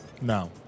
No